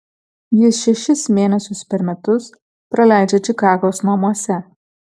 jis šešis mėnesius per metus praleidžia čikagos namuose